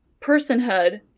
personhood